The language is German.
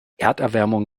erderwärmung